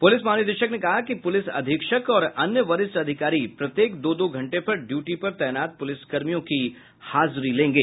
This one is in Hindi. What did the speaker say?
प्रलिस महानिदेशक ने कहा कि प्रलिस अधीक्षक और अन्य वरिष्ठ अधिकारी प्रत्येक दो दो घंटे पर ड्यूटी पर तैनात पुलिस कर्मियों की हाजिरी लेंगे